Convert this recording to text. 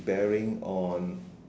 bearing on